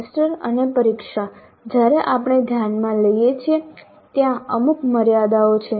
semester અને પરીક્ષા જ્યારે આપણે ધ્યાનમાં લઈએ છીએ ત્યાં અમુક મર્યાદાઓ છે